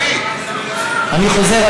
אני חוזר,